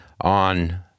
on